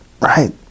right